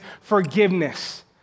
forgiveness